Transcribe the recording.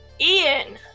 Ian